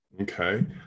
Okay